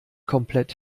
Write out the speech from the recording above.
komplett